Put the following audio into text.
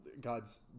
god's